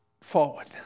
forward